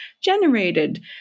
generated